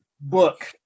book